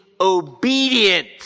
obedient